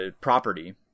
property